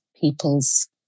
people's